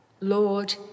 Lord